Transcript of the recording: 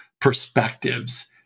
perspectives